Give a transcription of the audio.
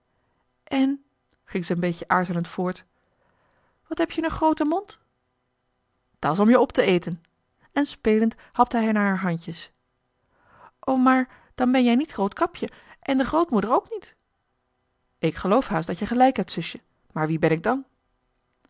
en ging ze een beetje aarzelend voort wat heb-je een grooten mond dat's om je op te eten en spelend hapte hij naar haar handjes o maar dan ben-je niet roodkapje en de grootmoeder ook niet ik geloof haast dat je gelijk hebt zusje maar wie ben ik dan